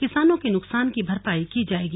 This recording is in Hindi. किसानों के नुकसान की भरपाई की जाएगी